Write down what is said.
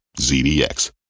ZDX